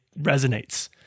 resonates